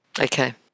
Okay